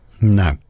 no